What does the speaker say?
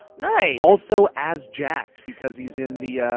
nice! also as jacked because he's in the.